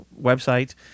website